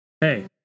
Hey